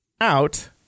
out